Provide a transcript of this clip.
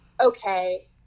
okay